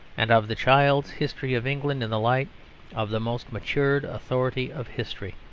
and of the child's history of england in the light of the most matured authority of history.